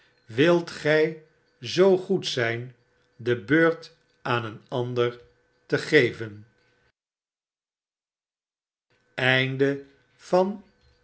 wilt gy zoo goed zyn de beurt aan een ander te geven